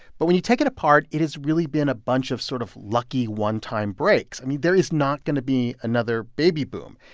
but when you take it apart, it has really been a bunch of sort of lucky one-time breaks. i mean, there is not going to be another baby boom.